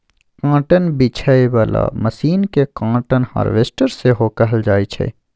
cotton बीछय बला machine केँ काँटन हार्वेस्टर सेहो कहल जाइ छै